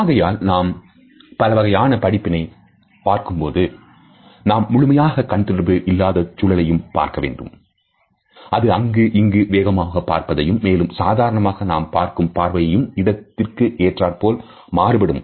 ஆகையால் நாம் பலவகையான படிப்பினை பார்க்கும்போது நாம் முழுமையாக கண் தொடர்பு இல்லாத சூழலையும் பார்க்க வேண்டும் அது அங்கும் இங்கும் வேகமாக பார்ப்பதையும் மேலும் சாதாரணமாக நாம் பார்க்கும் பார்வையும் இடத்திற்கு ஏற்றார்போல் மாறுபடும்